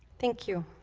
thank you